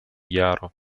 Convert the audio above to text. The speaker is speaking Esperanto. jaro